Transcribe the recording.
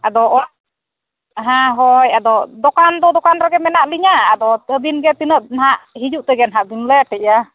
ᱟᱫᱚ ᱦᱮᱸ ᱦᱳᱭ ᱟᱫᱚ ᱫᱳᱠᱟᱱ ᱫᱚ ᱫᱳᱠᱟᱱ ᱨᱮᱜᱮ ᱢᱮᱱᱟᱜ ᱞᱤᱧᱟ ᱟᱫᱚ ᱟᱹᱵᱤᱱ ᱜᱮ ᱛᱤᱱᱟᱹᱜ ᱱᱟᱦᱟᱜ ᱦᱤᱡᱩᱜ ᱛᱮᱜᱮ ᱦᱟᱸᱜ ᱞᱮ ᱴᱮᱜᱼᱟ